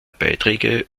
beiträge